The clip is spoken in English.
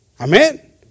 Amen